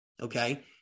okay